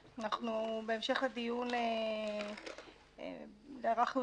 בהמשך לדיון ההוא אנחנו ערכנו